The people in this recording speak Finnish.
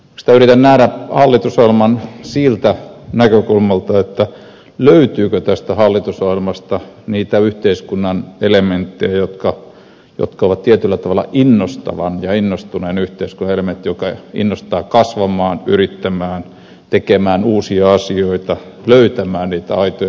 yritän nähdä hallitusohjelman siltä näkökulmalta löytyykö tästä hallitusohjelmasta niitä yhteiskunnan elementtejä jotka ovat tietyllä tavalla innostavan ja innostuneen yhteiskunnan elementtejä jotka innostavat kasvamaan yrittämään tekemään uusia asioita löytämään niitä aitoja uusia työpaikkoja